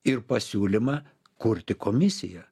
ir pasiūlymą kurti komisiją